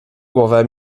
głowę